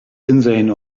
insane